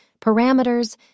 parameters